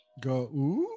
Go